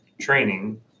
training